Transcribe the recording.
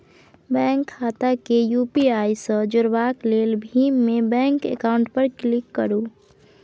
bank खाता केँ UPI सँ जोरबाक लेल भीम मे बैंक अकाउंट पर क्लिक करु